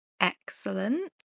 Excellent